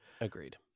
agreed